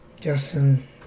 Justin